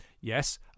Yes